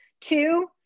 Two